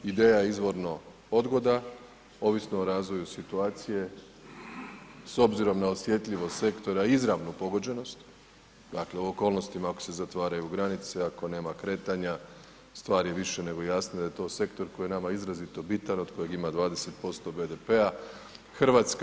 Ideja je izvorno odgoda ovisno o razvoju situacije s obzirom na osjetljivost sektora izravno pogođenost, dakle u okolnostima ako se zatvaraju granice, ako nema kretanja, stvar je i više nego jasna da je to sektor koji je nama izrazito bitan, od kojeg ima 20% BDP-a.